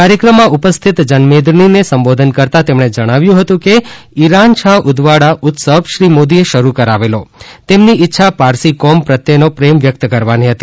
કાર્યક્રમમાં ઉપસ્થિત જનમેદનીને સંબોધન કરતા તેમણે જણાવ્યું હતું કે ઇરાનશાહ ઉદવાડા ઉત્સવ શ્રી મોદીએ શરૂ કરાવેલો તેમની ઇચ્છા પારસી કોમ પ્રત્યેનો પ્રેમ વ્યક્ત કરવાની હતી